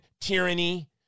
tyranny